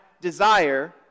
desire